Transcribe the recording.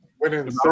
winning